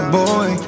boy